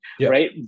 right